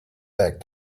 back